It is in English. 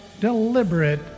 deliberate